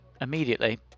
Immediately